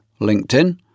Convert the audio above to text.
LinkedIn